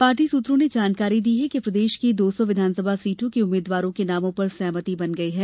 party सूत्रों ने जानकारी दी है कि प्रदेश की दो सौ विधानसभा सीटों के उम्मीदवारों के नामों पर सहमति बन गई है